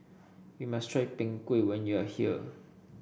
you must try Png Kueh when you are here